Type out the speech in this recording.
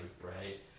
right